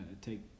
take